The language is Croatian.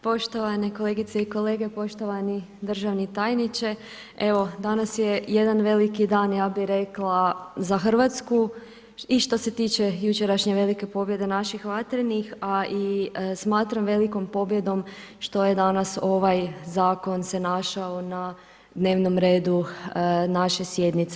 Poštovane kolegice i kolege, poštovani državni tajniče, evo, danas je jedan veliki dan, ja bi rekla za Hrvatsku i što se tiče jučerašnje velike pobjede naših vatrenih a i smatram velikom pobjedom što je danas, ovaj zakon se našao na dnevnom redu naše sjednice.